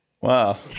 Wow